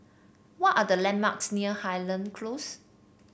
what are the landmarks near Highland Close